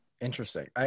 Interesting